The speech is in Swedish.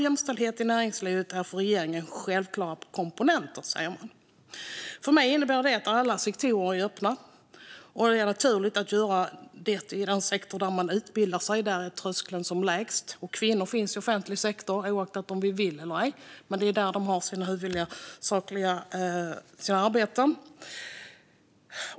Jämställdhet i näringslivet är för regeringen självklara komponenter, säger man. För mig innebär det att alla sektorer är öppna, och det är naturligt att kunna utöva entreprenörskap i den sektor där man utbildat sig - där är tröskeln som lägst - och kvinnor finns i offentlig sektor oavsett om vi vill det eller ej. Det är där de huvudsakligen har sina arbeten.